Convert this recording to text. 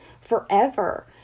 forever